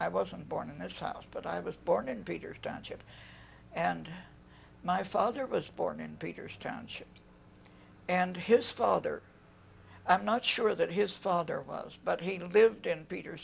i wasn't born in this house but i was born in peter's township and my father was born in peter's township and his father i'm not sure that his father was but he lived in peter